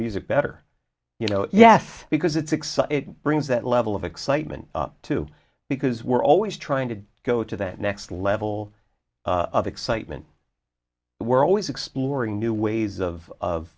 music better you know yes because it's exciting brings that level of excitement too because we're always trying to go to that next level of excitement we're always exploring new ways of